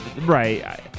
right